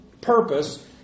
purpose